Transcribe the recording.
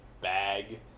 bag